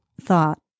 thought